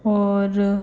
और